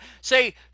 say